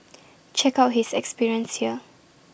check out his experience here